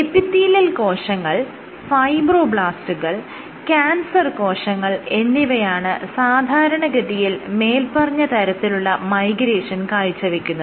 epithelial കോശങ്ങൾ ഫൈബ്രോബ്ലാസ്റ്റുകൾ cancer കോശങ്ങൾ എന്നിവയാണ് സാധാരണഗതിയിൽ മേല്പറഞ്ഞ തരത്തിലുള്ള മൈഗ്രേഷൻ കാഴ്ചവെക്കുന്നത്